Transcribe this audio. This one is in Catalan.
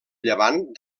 llevant